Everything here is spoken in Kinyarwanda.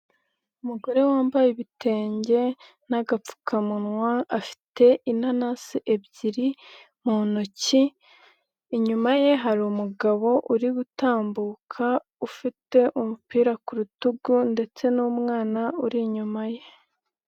Umugore wambaye ibitenge n'agapfukamunwa, afite inanasi ebyiri mu ntoki, inyuma ye hari umugabo uri gutambuka ufite umupira ku rutugu ndetse n'umwana uri inyuma ye.